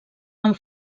amb